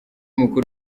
mukuru